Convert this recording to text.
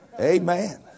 Amen